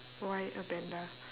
why a panda